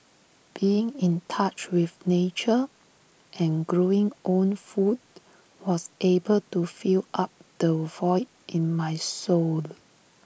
being in touch with nature and growing own food was able to fill up the void in my soul